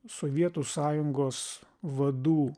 sovietų sąjungos vadų